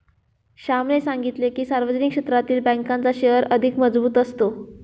श्यामने सांगितले की, सार्वजनिक क्षेत्रातील बँकांचा शेअर अधिक मजबूत असतो